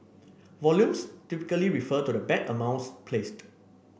volumes typically refer to the bet amounts placed